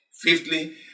Fifthly